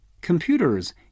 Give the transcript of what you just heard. computers